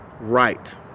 right